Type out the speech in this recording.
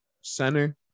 center